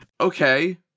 okay